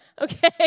okay